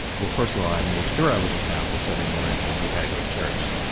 well, first of all, i made sure i was in town for sunday morning cause we gotta go to church.